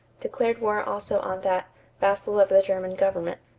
declared war also on that vassal of the german government.